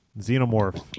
Xenomorph